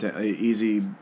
easy